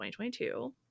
2022